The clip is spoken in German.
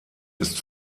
ist